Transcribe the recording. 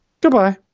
goodbye